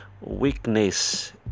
weakness